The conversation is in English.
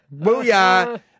Booyah